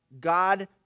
God